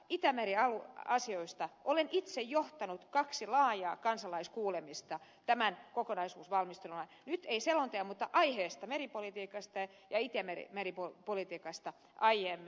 itämeri asioista olen itse johtanut kaksi laajaa kansalaiskuulemista tämän kokonaisuusvalmistelun ajan nyt en selonteon mutta tästä aiheesta meripolitiikasta ja itämeri politiikasta aiemmin